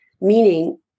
meaning